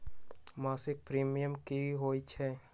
मासिक प्रीमियम की होई छई?